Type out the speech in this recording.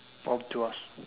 oh to us